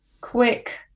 Quick